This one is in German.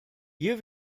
hier